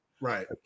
Right